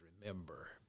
remember